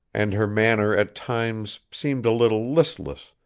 and her manner at times seemed a little listless,